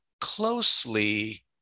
closely